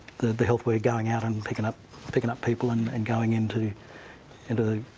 the the health worker going out and picking up picking up people and and going into into the